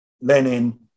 lenin